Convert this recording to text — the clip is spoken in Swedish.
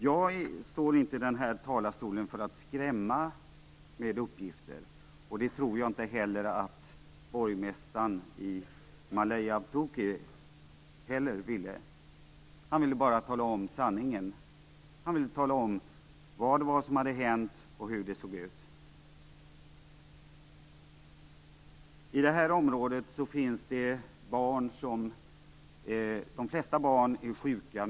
Jag står inte i den här talarstolen för att skrämmas med dessa uppgifter. Det tror jag inte heller att borgmästaren i Malye Avtuki ville göra. Han ville bara tala om sanningen. Han ville tala om vad som hade hänt och hur det såg ut. I det här området är de flesta barn mycket sjuka.